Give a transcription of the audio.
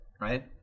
right